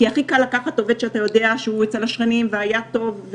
כי הכי קל לקחת עובד שאתה יודע שהוא אצל השכנים והיה טוב,